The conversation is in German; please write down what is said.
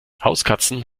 hauskatzen